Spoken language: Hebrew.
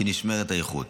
שנשמרת האיכות.